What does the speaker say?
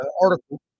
article